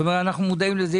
זאת אומרת, אנחנו מודעים לזה.